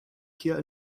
hier